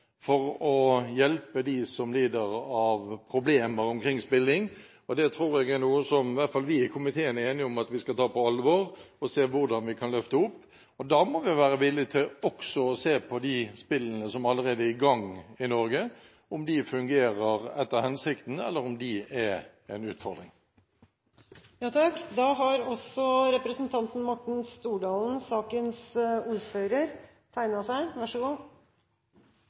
for å hjelpe dem som lider av problemer rundt spilling. Det tror jeg er noe som i hvert fall vi i komiteen er enige om at vi skal ta på alvor, og se på hvordan vi kan løfte fram. Da må vi være villige til også å se på de spillene som allerede er i gang i Norge, og om de fungerer etter hensikten, eller om de er en utfordring.